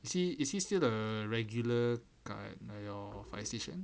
is he is he still the regular kat your fire station